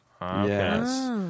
Yes